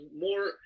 more